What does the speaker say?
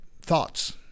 thoughts